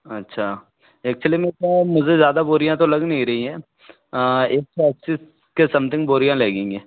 अच्छा एकच्वली में क्या मुझे ज़्यादा बोरियाँ तो लग नहीं रही है एक सौ अस्सी के समथिंग बोरियाँ लगेंगी